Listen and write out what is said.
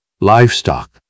Livestock